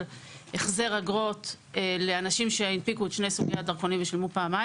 החזר אגרות לאנשים שהנפיקו את שני סוגי הדרכונים ושילמו פעמיים.